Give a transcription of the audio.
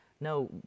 No